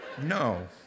no